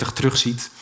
terugziet